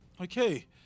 okay